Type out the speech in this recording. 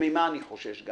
ממה אני חושש?